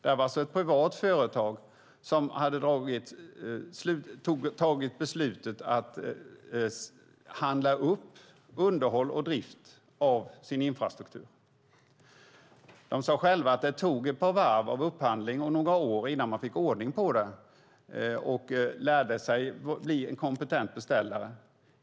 Det var alltså ett privat företag som hade tagit beslutet att handla upp underhåll och drift av sin infrastruktur. De sade själva att det tog ett par varv av upphandling och några år innan de fick ordning på det och lärde sig att bli en kompetent beställare.